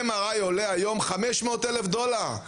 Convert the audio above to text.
MRI עולה היום 500,000 דולר,